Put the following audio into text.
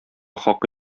хакы